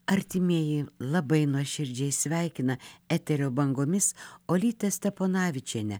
artimieji labai nuoširdžiai sveikina eterio bangomis olytę steponavičienę